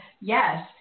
yes